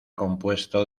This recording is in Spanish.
compuesto